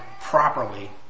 properly